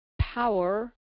power